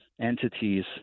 entities